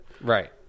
Right